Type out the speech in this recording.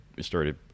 started